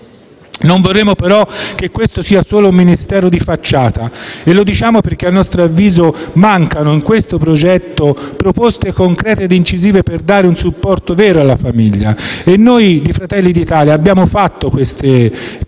Non vorremmo, però, che questo fosse solo un Ministero di facciata e lo diciamo perché, a nostro avviso, mancano in questo progetto proposte concrete e incisive per dare un supporto vero alla famiglia. Noi di Fratelli d'Italia abbiamo avanzato proposte: